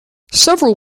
several